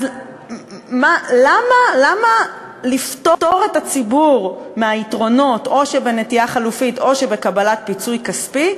אז למה לפטור את הציבור מהיתרונות שבנטיעה חלופית או שבקבלת פיצוי כספי,